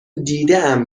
دیدهام